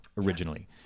originally